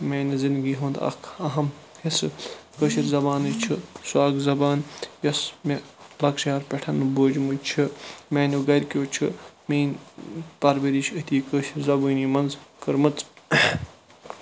میٛانہِ زِنٛدگی ہُنٛد اکھ اَہم حِصہٕ کٲشِر زَبانہِ چھُ سۄ اکھ زَبان یۄس مےٚ لۄکچارٕ پیٚٹھ بوٗزمٕچ چھِ میٛانیٚو گرِکیٚو چھِ میٛٲنۍ پَرؤرِش أتھی کٲشِر زَبٲنۍ منٛز کٔرمٕژ